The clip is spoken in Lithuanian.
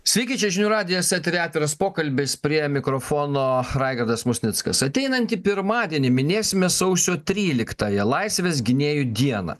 sveiki čia žinių radijas eteryje atviras pokalbis prie mikrofono raigardas musnickas ateinantį pirmadienį minėsime sausio tryliktąją laisvės gynėjų dieną